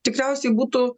tikriausiai būtų